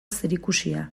zerikusia